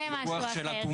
זה משהו אחר.